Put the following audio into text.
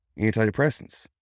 antidepressants